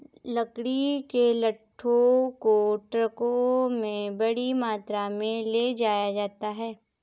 लकड़ी के लट्ठों को ट्रकों में बड़ी मात्रा में ले जाया जाता है